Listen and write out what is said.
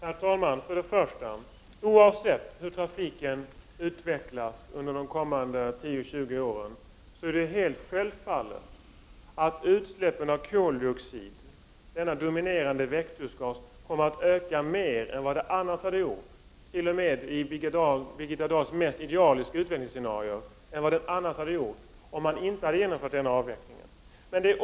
Herr talman! Först och främst: Oavsett hur trafiken utvecklas under de kommande 10—20 åren är det helt självklart att utsläppen av koldioxid, denna dominerande växthusgas, kommer att öka mer än den annars hade gjort om avvecklingen inte hade genomförts — t.o.m. i Birgitta Dahls idealiska utvecklingsscenario.